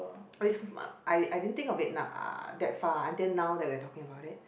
I didn't think of it that far until now that we are talking about it